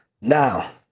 Now